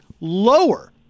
lower